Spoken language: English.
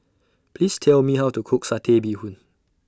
Please Tell Me How to Cook Satay Bee Hoon